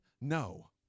No